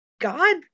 God